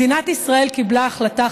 מדינת ישראל קיבלה החלטה,